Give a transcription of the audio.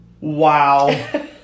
Wow